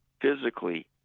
physically